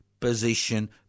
Position